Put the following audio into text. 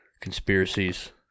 conspiracies